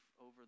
over